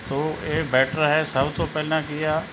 ਤਾਂ ਇਹ ਬੈਟਰ ਹੈ ਸਭ ਤੋਂ ਪਹਿਲਾਂ ਕੀ ਆ